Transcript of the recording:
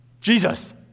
Jesus